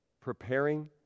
preparing